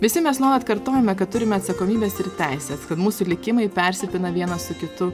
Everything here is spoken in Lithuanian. visi mes nuolat kartojame kad turime atsakomybes ir teises kad mūsų likimai persipina vienas su kitu